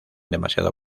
demasiado